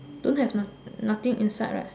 don't have nothing inside right